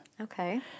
Okay